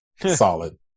solid